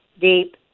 deep